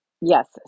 yes